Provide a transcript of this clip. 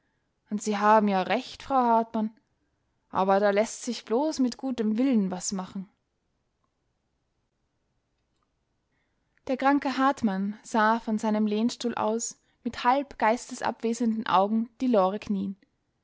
und sie haben ja recht frau hartmann aber da läßt sich bloß mit gutem willen was machen der kranke hartmann sah von seinem lehnstuhl aus mit halb geistesabwesenden augen die lore knien